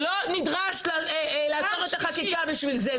לא נדרשת לעצור את החקיקה בשביל זה,